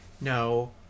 no